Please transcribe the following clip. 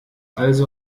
also